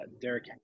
Derek